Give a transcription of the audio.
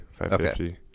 550